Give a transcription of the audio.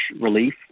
relief